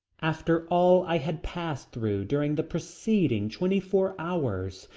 after all i had passed through during the preceding twenty-four hours,